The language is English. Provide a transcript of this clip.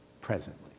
presently